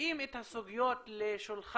מביאים את הסוגיות לשולחן